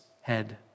head